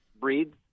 breeds